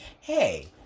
hey